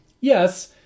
Yes